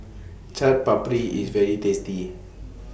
Chaat Papri IS very tasty